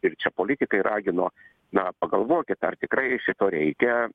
ir čia politikai ragino na pagalvokit ar tikrai šito reikia